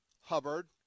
Hubbard